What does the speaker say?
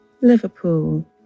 Liverpool